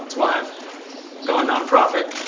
that's why i've gone nonprofit,